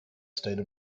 state